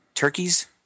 Turkeys